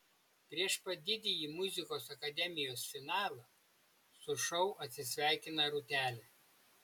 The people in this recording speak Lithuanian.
prieš pat didįjį muzikos akademijos finalą su šou atsisveikino rūtelė